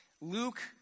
Luke